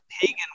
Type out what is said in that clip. pagan